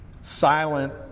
silent